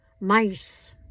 mice